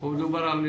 של בעל הרישיון,